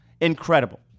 Incredible